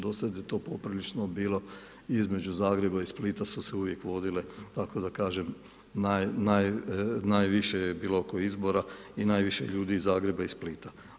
Do sad je to poprilično bilo između Zagreba i Splita su se uvijek vodile, tako da kažem najviše je bilo oko izbora i najviše ljudi iz Zagreba i Splita.